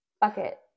Bucket